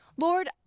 Lord